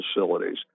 facilities